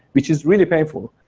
which is really painful.